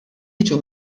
jiġu